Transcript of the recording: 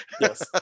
Yes